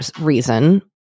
reason